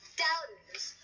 doubters